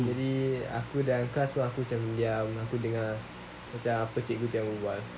jadi aku dalam class pun aku macam diam aku dengar macam apa cikgu tengah berbual